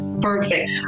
perfect